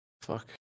Fuck